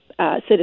citizens